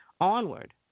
onward